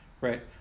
right